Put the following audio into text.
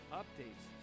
updates